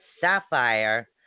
Sapphire